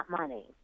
money